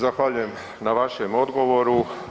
Zahvaljujem na vašem odgovoru.